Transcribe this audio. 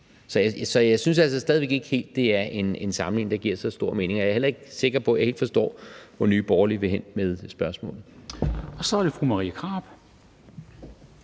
Så jeg synes altså stadig væk ikke helt, det er en sammenligning, der giver så stor mening. Og jeg er heller ikke sikker på, at jeg helt forstår, hvor Nye Borgerlige vil hen med spørgsmålet. Kl. 10:46 Formanden